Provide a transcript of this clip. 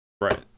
Right